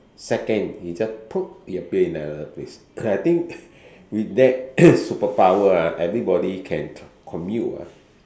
seconds he just he appear in another place cause I think with that superpower ah everybody can commute ah